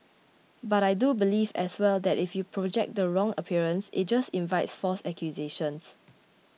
but I do believe as well that if you project the wrong appearance it just invites false accusations